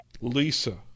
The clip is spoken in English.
Lisa